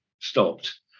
stopped